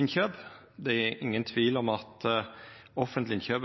innkjøp, det er ingen tvil om at offentlege innkjøp